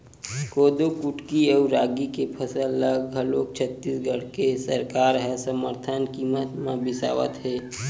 कोदो कुटकी अउ रागी के फसल ल घलोक छत्तीसगढ़ के सरकार ह समरथन कीमत म बिसावत हे